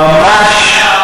מיקי,